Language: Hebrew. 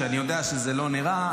אני יודע שזה לא נראה,